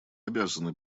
обязаны